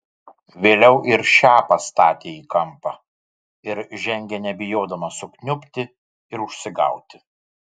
vėliau ir šią pastatė į kampą ir žengė nebijodama sukniubti ir užsigauti